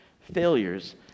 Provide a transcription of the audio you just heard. failures